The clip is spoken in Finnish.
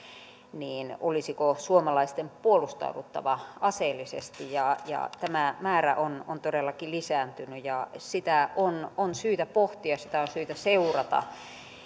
niin olisiko suomalaisten puolustauduttava aseellisesti tämä määrä on on todellakin lisääntynyt ja sitä on on syytä pohtia ja sitä on syytä seurata